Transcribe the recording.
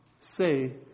say